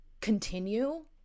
continue